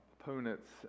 opponents